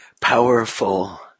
powerful